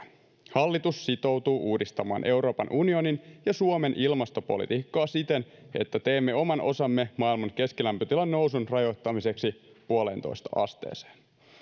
hallitus sitoutuu uudistamaan euroopan unionin ja suomen ilmastopolitiikkaa siten että teemme oman osamme maailman keskilämpötilan nousun rajoittamiseksi puoleentoista asteeseen